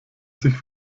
sich